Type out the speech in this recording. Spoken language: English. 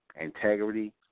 Integrity